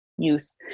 Use